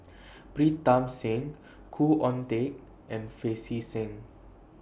Pritam Singh Khoo Oon Teik and Pancy Seng